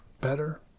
better